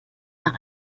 nach